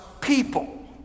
people